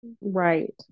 Right